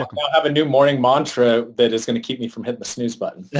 um ah have a new morning mantra that is going to keep me from hitting the snooze button